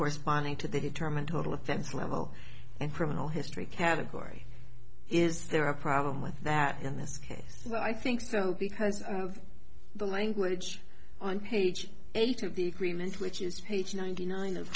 corresponding to the determent total offense level and criminal history category is there a problem with that in this case i think so because of the language on page eight of the agreement which is page ninety nine of